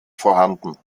vorhanden